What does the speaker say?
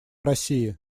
россии